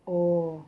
oh